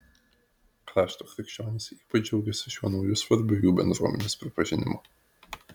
krašto krikščionys ypač džiaugiasi šiuo nauju svarbiu jų bendruomenės pripažinimu